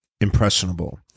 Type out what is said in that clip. impressionable